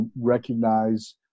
recognize